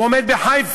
הוא עומד בחיפה,